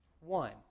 one